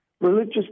Religious